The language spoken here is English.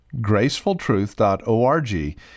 GracefulTruth.org